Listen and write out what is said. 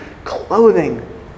Clothing